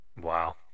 wow